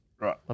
Right